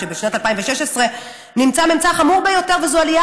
בשנת 2016 נמצא ממצא חמור ביותר וזו עלייה